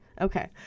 Okay